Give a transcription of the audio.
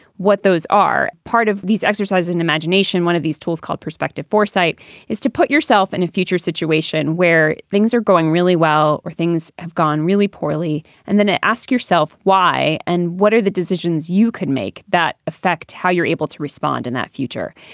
what those are part of these exercise in imagination, one of these tools called perspective foresight is to put yourself in and a future situation where things are going really well or things have gone really poorly. and then ah ask yourself why and what are the decisions you could make that affect how you're able to respond in that future?